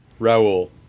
Raul